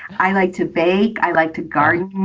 i like to bake. i like to garden.